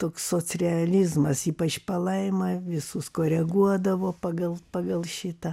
toks socrealizmas ypač palaima visus koreguodavo pagal pagal šitą